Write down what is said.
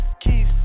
keys